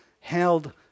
held